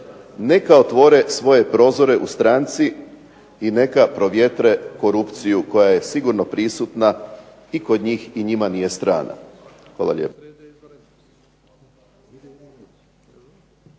neka otvore svoje prozore u stranci i neka provjetre korupciju koja je sigurno prisutna i kod njih i njima nije strana. Hvala lijepo.